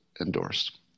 endorsed